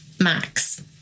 max